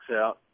out